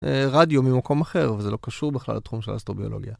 רדיו ממקום אחר וזה לא קשור בכלל לתחום של אסטרוביולוגיה.